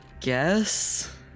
guess